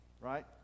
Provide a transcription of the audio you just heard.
right